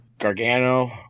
Gargano